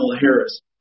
Harris